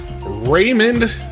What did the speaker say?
Raymond